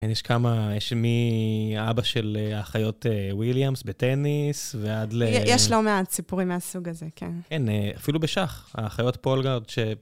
יש כמה, יש מהאבא של אחיות וויליאמס בטניס, ועד ל... יש לא מעט סיפורים מהסוג הזה, כן. כן, אפילו בשח, האחיות פולגארד ש...